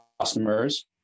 customers